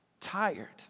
tired